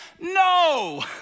No